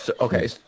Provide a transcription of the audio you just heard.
okay